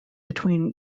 between